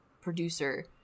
producer